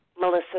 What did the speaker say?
Melissa